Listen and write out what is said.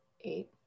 Eight